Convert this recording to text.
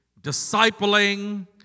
discipling